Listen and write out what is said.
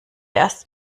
erst